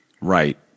Right